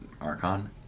archon